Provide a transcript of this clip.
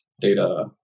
data